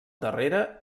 darrere